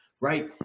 Right